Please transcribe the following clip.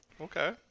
Okay